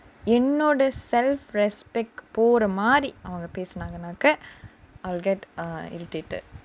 என்னோட:ennoda self respect போற மாதிரி அவங்க பேசுனாங்கனா:pora maadhiri avanga pesunaanganaa I'll get irritated